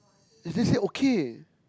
then just say okay